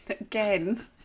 again